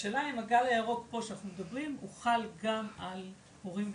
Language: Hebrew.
והשאלה אם הגל הירוק פה שאנחנו מדברים הוא חל גם על הורים לילדים.